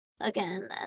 again